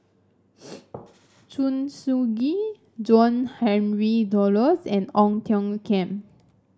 Soo Ngee John Henry Duclos and Ong Tiong Khiam